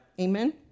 Amen